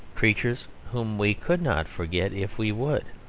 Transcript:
creatures whom we could not forget if we would,